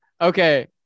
Okay